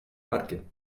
parque